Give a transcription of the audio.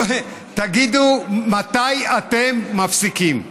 תגידו מתי אתם מפסיקים,